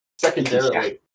secondarily